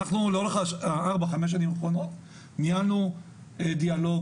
לאורך ארבע-חמש השנים האחרונות ניהלנו דיאלוג